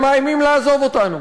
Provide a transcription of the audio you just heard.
הם מאיימים לעזוב אותנו.